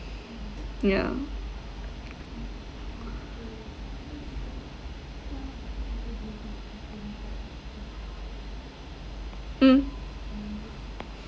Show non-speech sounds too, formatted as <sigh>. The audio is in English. yeah <noise> mm